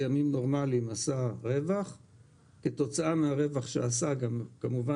כתוצאה מן הרווח שהוא עשה הוא כמובן